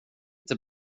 inte